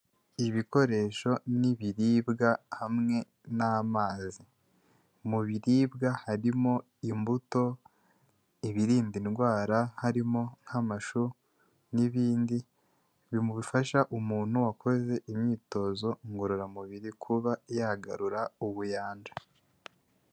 Ibikoresho n'ibiribwa, hamwe n'amazi. Mu biribwa harimo imbuto, ibirinda indwara, harimo nk'amashu, n'ibindi, biri mufasha umuntu wakoze imyitozo ngororamubiri kuba yagarura ubuyanja.